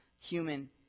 human